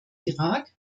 irak